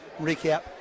recap